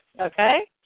Okay